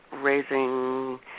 raising